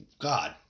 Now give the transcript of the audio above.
god